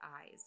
eyes